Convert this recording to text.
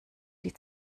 die